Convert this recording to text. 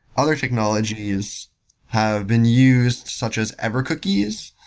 other technologies have been used, such as evercookies.